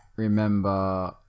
Remember